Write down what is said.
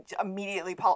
immediately